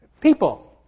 People